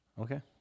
Okay